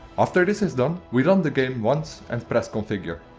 after this is done we run the game once and press configure.